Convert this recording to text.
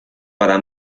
para